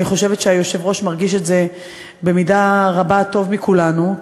אני חושבת שהיושב-ראש מרגיש את זה במידה רבה טוב מכולנו,